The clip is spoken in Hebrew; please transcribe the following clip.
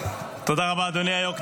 תודה, אדוני היו"ר.